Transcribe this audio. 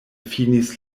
finis